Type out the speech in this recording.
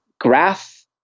graph